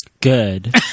Good